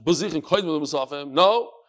No